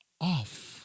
off